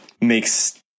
makes